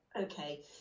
okay